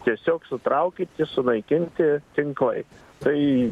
tiesiog sutraukyti sunaikinti tinklai tai